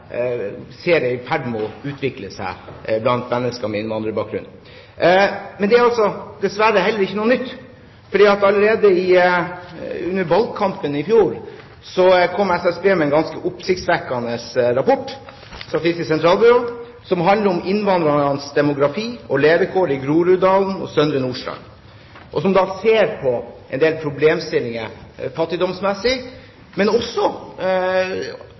i ferd med å utvikle seg blant mennesker med innvandrerbakgrunn. Men dette er dessverre heller ikke noe nytt. Allerede under valgkampen i fjor kom Statistisk sentralbyrå, SSB, med en ganske oppsiktsvekkende rapport, som handler om innvandreres demografi og levekår i Groruddalen og Søndre Nordstrand, og som ser på en del problemstillinger fattigdomsmessig, men også